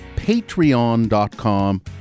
patreon.com